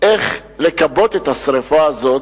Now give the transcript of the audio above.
איך לכבות את השרפה הזאת,